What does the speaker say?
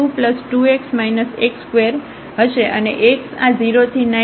તેથી f એ22x x2 હશે અને x આ 0 થી 9